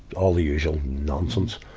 all the usual nonsense.